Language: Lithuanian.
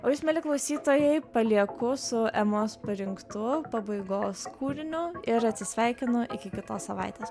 o jus mieli klausytojai palieku su emos parinktu pabaigos kūriniu ir atsisveikinu iki kitos savaitės